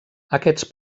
aquests